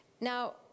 Now